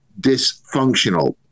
dysfunctional